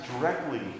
directly